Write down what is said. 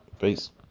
peace